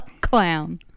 Clown